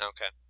Okay